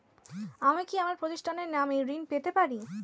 আমি কি আমার প্রতিষ্ঠানের নামে ঋণ পেতে পারি?